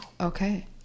Okay